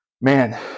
man